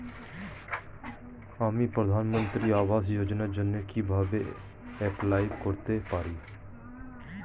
আমি প্রধানমন্ত্রী আবাস যোজনার জন্য কিভাবে এপ্লাই করতে পারি?